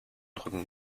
rücken